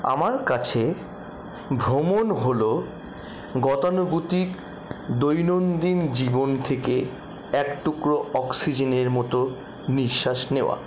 আমার কাছে ভ্রমণ হল গতানুগতিক দৈনন্দিন জীবন থেকে এক টুকরো অক্সিজেনের মতো নিঃশ্বাস নেওয়া